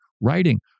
writing